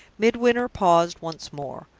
midwinter paused once more.